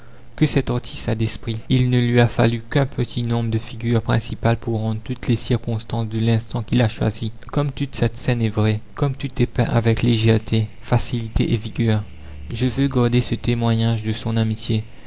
que cet artiste a d'esprit il ne lui a fallu qu'un petit nombre de figures principales pour rendre toutes les circonstances de l'instant qu'il a choisi comme toute cette scène est vraie comme tout est peint avec légèreté facilité et vigueur je veux garder ce témoignage de son amitié